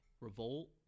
Revolt